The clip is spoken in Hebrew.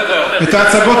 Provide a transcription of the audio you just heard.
11 גזירות